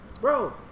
Bro